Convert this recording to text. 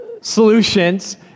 Solutions